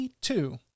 two